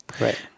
Right